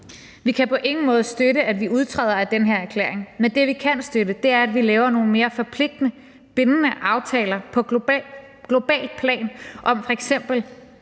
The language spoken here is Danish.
Vi kan på ingen måde støtte, at vi udtræder af den her erklæring, men det, vi kan støtte, er, at vi laver nogle mere forpligtende, bindende aftaler på globalt plan, f.eks.